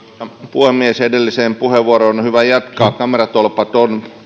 puhemies edelliseen puheenvuoroon on hyvä jatkaa kameratolpat ovat